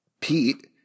Pete